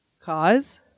cause